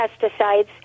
pesticides